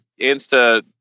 Insta